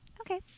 Okay